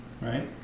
Right